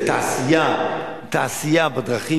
זו תעשייה בדרכים,